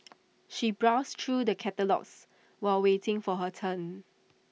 she browsed through the catalogues while waiting for her turn